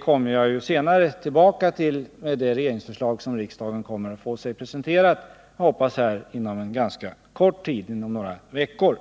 skall jag senare återkomma till i det regeringsförslag som riksdagen kommer att få sig presenterat inom en som jag hoppas ganska kort tid, några veckor.